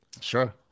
sure